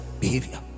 behavior